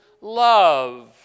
love